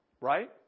right